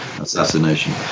assassination